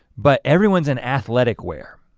but everyone's in athletic wear.